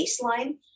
baseline